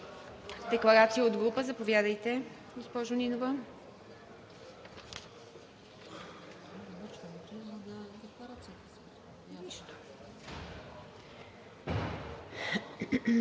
декларация от група – заповядайте,